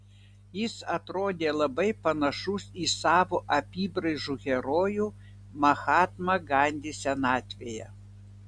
jis atrodė labai panašus į savo apybraižų herojų mahatmą gandį senatvėje